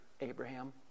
Abraham